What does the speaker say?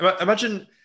Imagine